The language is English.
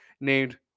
named